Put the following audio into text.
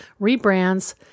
rebrands